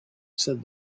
said